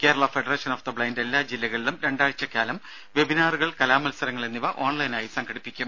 Kerala federation of the blind എല്ലാ ജില്ലകളിലും രണ്ടാഴ്ചക്കാലം വെബിനാറുകൾ കലാമത്സരങ്ങൾ എന്നിവ ഓൺലൈനായി നടത്തും